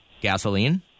Gasoline